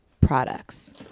products